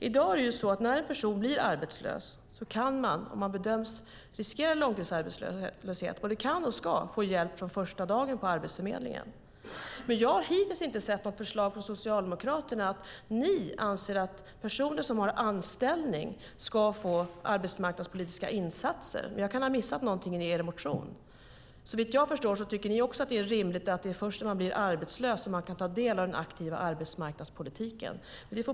I dag är det så att en person som blir arbetslös och bedöms riskera att drabbas av långtidsarbetslöshet ska få hjälp från Arbetsförmedlingen från första dagen. Jag har hittills inte sett något förslag från Socialdemokraterna om att ni anser att personer som har anställning ska få arbetsmarknadspolitiska insatser. Jag kan ha missat någonting i er motion, men såvitt jag förstår tycker ni också att det är rimligt att det är först när man blir arbetslös som man kan ta del av den aktiva arbetsmarknadspolitiken.